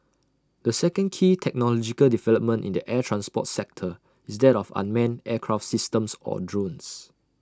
the second key technological development in the air transport sector is that of unmanned aircraft systems or drones